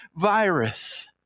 virus